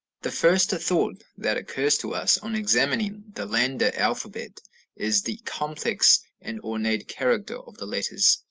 the first thought that occurs to us on examining the landa alphabet is the complex and ornate character of the letters.